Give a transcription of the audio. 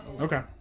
Okay